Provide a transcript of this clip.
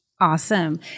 Awesome